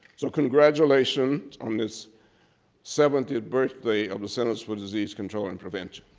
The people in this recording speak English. so congratulations on this seventieth birthday of the centers for disease control and prevention.